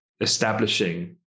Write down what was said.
establishing